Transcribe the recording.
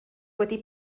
wedi